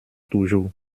toujours